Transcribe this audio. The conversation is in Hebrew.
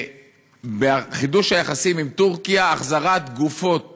שבחידוש היחסים עם טורקיה החזרת גופות